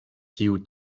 kiu